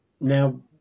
Now